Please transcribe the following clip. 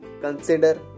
consider